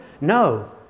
No